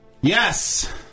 Yes